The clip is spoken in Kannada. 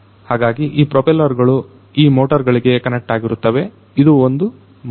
ಹಾಗಾಗಿ ಈ ಪ್ರೊಪೆಲ್ಲರ್ ಗಳು ಈ ಮೋಟರ್ ಗಳಿಗೆ ಕನೆಕ್ಟ್ ಆಗಿರುತ್ತವೆ ಇದು ಒಂದು ಮೋಟರ್